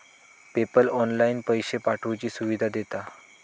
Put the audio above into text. PayPal online पैशे पाठवुची सुविधा देता